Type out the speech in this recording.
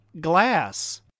glass